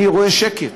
אני רואה שקט.